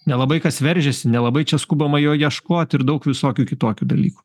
nelabai kas veržiasi nelabai čia skubama jo ieškot ir daug visokių kitokių dalykų